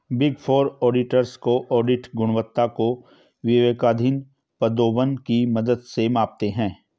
big four auditors की audit गुणवत्ता को विवेकाधीन प्रोद्भवन की मदद से मापते हैं